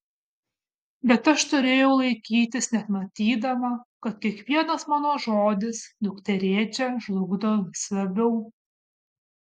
bet aš turėjau laikytis net matydama kad kiekvienas mano žodis dukterėčią žlugdo vis labiau